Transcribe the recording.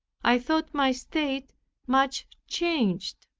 i thought my state much changed.